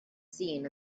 seen